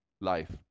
life